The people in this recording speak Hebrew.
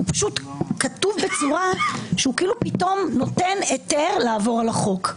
הוא כתוב בצורה שהוא כאילו פתאום נותן היתר לעבור על החוק.